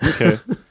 Okay